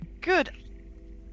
Good